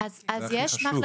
זה הכי חשוב.